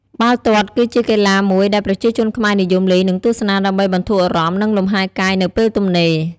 បាល់ទាត់ គឺជាកីឡាមួយដែលប្រជាជនខ្មែរនិយមលេង និងទស្សនាដើម្បីបន្ធូរអារម្មណ៍ និងលំហែរកាយនៅពេលទំនេរ។